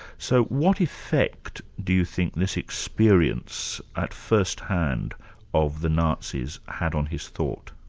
so what effect do you think this experience at first hand of the nazis had on his thought?